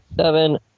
seven